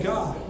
God